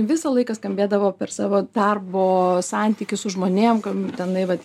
visą laiką skambėdavo per savo darbo santykius su žmonėm tenai vat